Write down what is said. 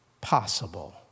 possible